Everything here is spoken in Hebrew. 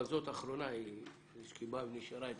אבל זאת האחרונה שקיבלנו נשארה אצלנו,